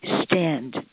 stand